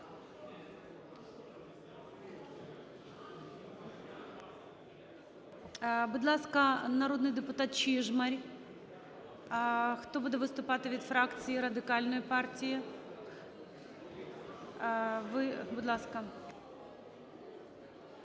Будь ласка, народний депутат Чижмарь. Хто буде виступати від фракції Радикальної партії? Ви? Будь ласка.